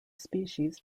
species